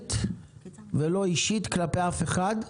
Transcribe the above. מילולית ולא אישית כלפי אף אחד.